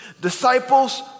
Disciples